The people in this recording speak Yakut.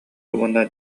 уонна